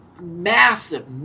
massive